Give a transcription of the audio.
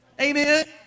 Amen